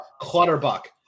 Clutterbuck